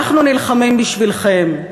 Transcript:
אנחנו נלחמים בשבילכם,